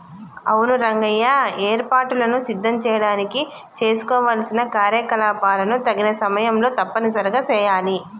అవును రంగయ్య ఏర్పాటులను సిద్ధం చేయడానికి చేసుకోవలసిన కార్యకలాపాలను తగిన సమయంలో తప్పనిసరిగా సెయాలి